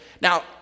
Now